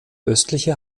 östliche